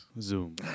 Zoom